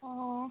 অঁ